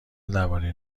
درباره